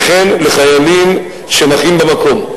וכן לחיילים שנחים במקום.